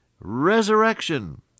Resurrection